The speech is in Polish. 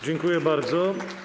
Dziękuję bardzo.